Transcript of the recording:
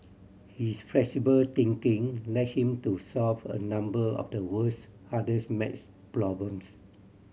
his flexible thinking led him to solve a number of the world's hardest maths problems